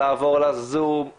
על לעבור לזום,